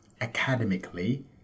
academically